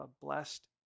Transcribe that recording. blessed